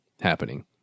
happening